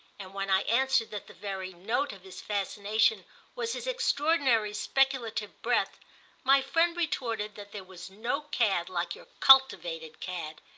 and when i answered that the very note of his fascination was his extraordinary speculative breadth my friend retorted that there was no cad like your cultivated cad,